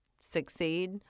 succeed